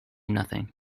nothing